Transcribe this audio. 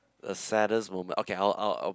a saddest moment okay I'll I'll I'll